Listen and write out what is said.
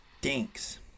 Dinks